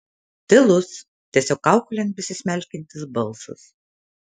tylus tiesiog kaukolėn besismelkiantis balsas